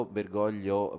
Bergoglio